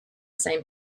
same